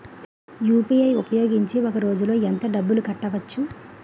UPI ఉపయోగించి ఒక రోజులో ఎంత డబ్బులు కట్టవచ్చు?